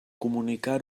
comunicar